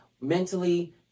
mentally